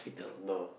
no